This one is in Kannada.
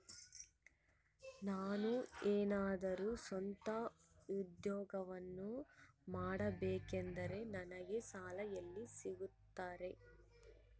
ನಾನು ಏನಾದರೂ ಸ್ವಂತ ಉದ್ಯೋಗ ಮಾಡಬೇಕಂದರೆ ನನಗ ಸಾಲ ಎಲ್ಲಿ ಸಿಗ್ತದರಿ?